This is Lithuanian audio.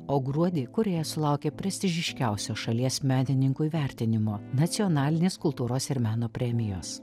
o gruodį kūrėjas sulaukė prestižiškiausio šalies menininkų įvertinimo nacionalinės kultūros ir meno premijos